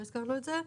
לא הזכרנו את זה,